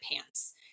pants